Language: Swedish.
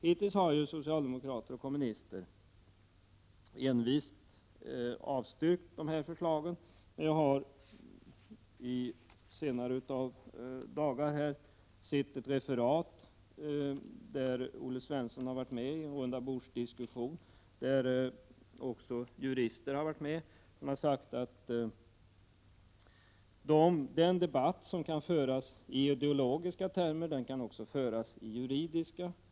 Hittills har socialdemokrater och kommunister envist avstyrkt de här förslagen. Jag såg häromdagen ett referat av en rundabordsdiskussion där Olle Svensson hade varit med. Även jurister hade varit med, och de hade sagt att den debatt som kan föras i ideologiska termer också kan föras i juridiska termer.